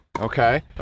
Okay